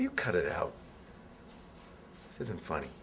you cut it out isn't funny